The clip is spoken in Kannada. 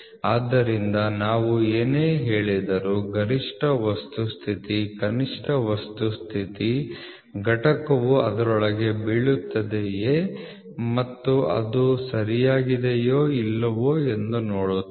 ಆದ್ದರಿಂದ ನಾವು ಏನೇ ಹೇಳಿದರೂ ಗರಿಷ್ಠ ವಸ್ತು ಸ್ಥಿತಿ ಕನಿಷ್ಠ ವಸ್ತು ಸ್ಥಿತಿ ಘಟಕವು ಅದರೊಳಗೆ ಬೀಳುತ್ತದೆಯೇ ಮತ್ತು ಅದು ಸರಿಯಾಗಿದೆಯೋ ಇಲ್ಲವೋ ಎಂದು ನೋಡುತ್ತೇವೆ